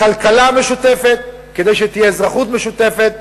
כלכלה משותפת, כדי שתהיה אזרחות משותפת.